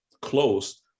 close